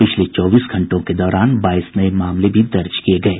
पिछले चौबीस घंटों के दौरान बाईस नये मामले भी दर्ज किये गये